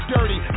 Dirty